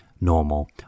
normal